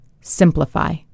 simplify